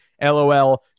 LOL